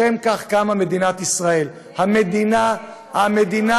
לשם כך קמה מדינת ישראל, המדינה היחידה